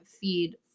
feed